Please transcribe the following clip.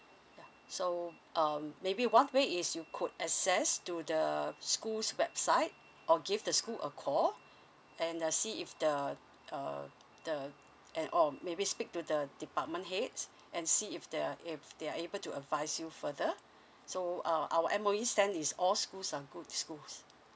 so um maybe one way is you could access to the schools website or give the school a call and uh see if the err the and or maybe speak to the department heads and see if there are if they are able to advise you further so our our M_O_E stand is all schools are good schools